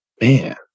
Man